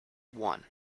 one